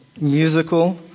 musical